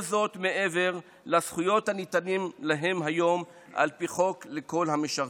וכל זאת מעבר לזכויות הניתנות להם היום על פי חוק לכל המשרתים.